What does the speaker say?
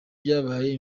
byabaye